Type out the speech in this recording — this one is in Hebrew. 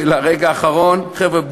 של הרגע האחרון: חבר'ה,